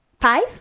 Five